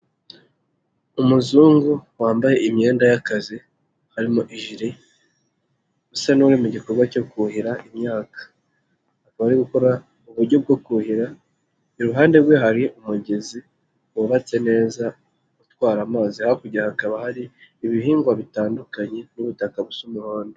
Umuzungu wambaye imyenda y'akazi harimo ijire, usa n'uri mu gikorwa cyo kuhira imyaka. Akaba ari gukora uburyo bwo kuhira, iruhande rwe hari umugezi wubatse neza utwara amazi, hakurya hakaba hari ibihingwa bitandukanye n'ubutaka busa umuhondo.